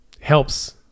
helps